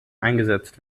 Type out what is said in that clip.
eingesetzt